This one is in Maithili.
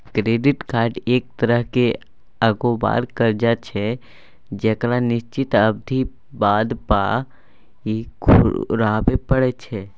क्रेडिट कार्ड एक तरहक अगोबार करजा छै जकरा निश्चित अबधी बाद पाइ घुराबे परय छै